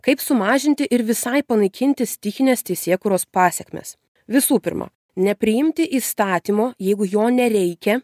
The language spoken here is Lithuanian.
kaip sumažinti ir visai panaikinti stichines teisėkūros pasekmes visų pirma nepriimti įstatymo jeigu jo nereikia